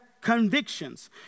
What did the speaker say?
convictions